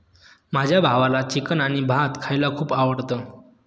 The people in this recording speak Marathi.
माझ्या भावाला चिकन आणि भात खायला खूप आवडतं